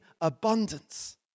abundance